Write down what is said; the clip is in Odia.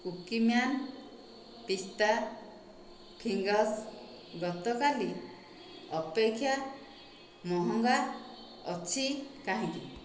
କୁକୀମ୍ୟାନ ପିସ୍ତା ଫିଙ୍ଗର୍ସ୍ ଗତକାଲି ଅପେକ୍ଷା ମହଙ୍ଗା ଅଛି କାହିଁକି